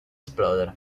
esplodere